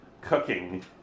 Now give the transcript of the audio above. cooking